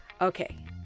Okay